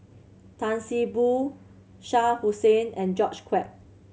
Tan See Boo Shah Hussain and George Quek